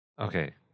Okay